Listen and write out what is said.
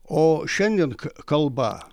o šiandien kalba